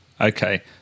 Okay